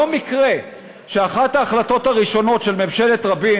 לא מקרה שאחת ההחלטות הראשונות של ממשלת רבין,